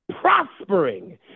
prospering